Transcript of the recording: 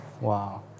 Wow